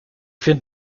vind